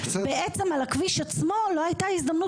בעצם על הכביש עצמו לא הייתה הזדמנות